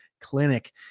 clinic